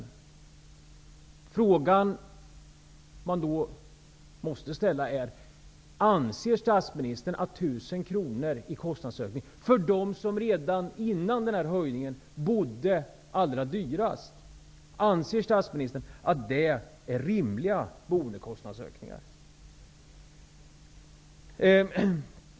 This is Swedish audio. Den fråga man då måste ställa är: Anser statsministern att 1 000 kr i kostnadsökning för dem som redan före höjningen bodde allra dyrast är en rimlig boendekostnadsökning?